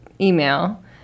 email